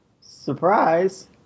Surprise